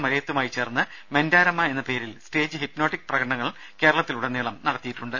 മലയത്തുമായി ചേർന്ന് മെന്റാരമ എന്ന പേരിൽ സ്റ്റേജ് ഹിപ്നോട്ടിക് പ്രകടനങ്ങൾ കേരളത്തിലുടനീളം നടത്തിയിട്ടുണ്ട്